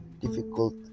difficult